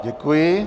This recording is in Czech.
Děkuji.